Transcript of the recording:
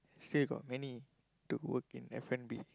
still got many to work in F-and-B